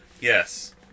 Yes